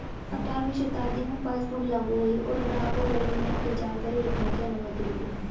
अठारहवीं शताब्दी में पासबुक लागु हुई और ग्राहकों को लेनदेन की जानकारी रखने की अनुमति मिली